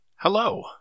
Hello